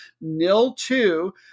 Nil-two